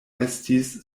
estis